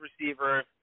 receiver